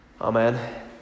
Amen